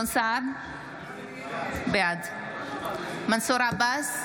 בעד מנסור עבאס,